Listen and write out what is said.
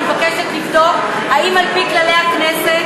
אני מבקשת לבדוק אם על-פי כללי הכנסת